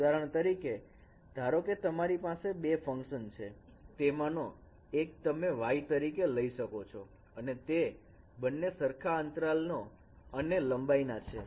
ઉદાહરણ તરીકે ધારોકે તમારી પાસે બે ફંકશન છે એમાંનો એક તમે y તરીકે લઈ શકો છો અને તે બંને સરખા અંતરાલના અને લંબાઈના છે